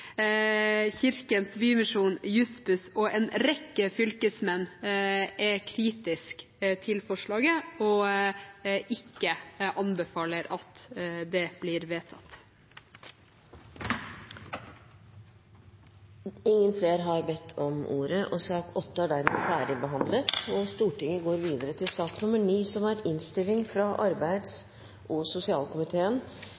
Kirkens Bymisjon, Juss-Buss og en rekke fylkesmenn er kritiske til forslaget, og anbefaler at det ikke blir vedtatt. Ingen flere har bedt om ordet til sak